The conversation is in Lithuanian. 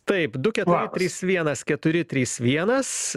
taip keturi trys vienas keturi trys vienas